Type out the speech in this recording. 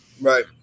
right